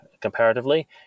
comparatively